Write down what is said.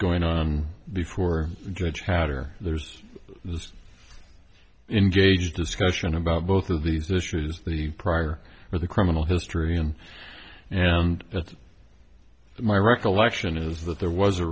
going on before judge hatter there's this engage discussion about both of these issues the prior with a criminal history and and that's my recollection is that there was a